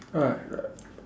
alright right